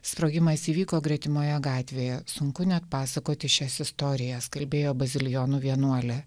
sprogimas įvyko gretimoje gatvėje sunku net pasakoti šias istorijas kalbėjo bazilijonų vienuolė